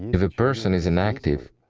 if a person is inactive,